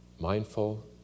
mindful